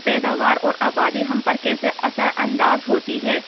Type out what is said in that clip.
پیداوار اور آبادی ہم پر کیسے اثر انداز ہوتی ہے